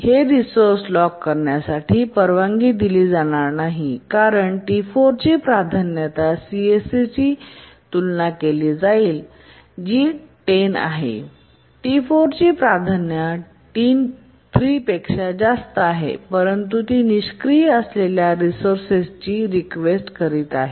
हे resource lock करण्यास परवानगी दिली जाणार नाही कारण T4 ची प्राधान्य सीएससीशी तुलना केली जाईल जी 10 आहे जरी T4 ची प्राधान्य T3 पेक्षा जास्त आहे परंतु ती निष्क्रिय असलेल्या रिसोर्सेसची रीक्वेस्ट करीत आहे